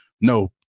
No